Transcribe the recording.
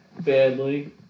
Badly